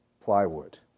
plywood